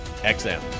XM